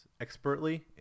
expertly